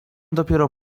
dopiero